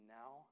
now